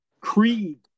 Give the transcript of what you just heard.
Creed